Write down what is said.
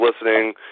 listening